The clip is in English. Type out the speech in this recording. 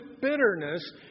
bitterness